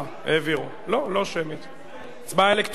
הצבעה אלקטרונית.